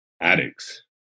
addicts